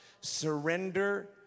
Surrender